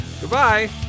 Goodbye